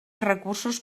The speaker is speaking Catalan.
recursos